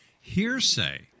hearsay